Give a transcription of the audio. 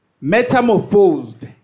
metamorphosed